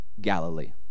Galilee